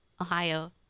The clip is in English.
Ohio